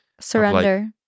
Surrender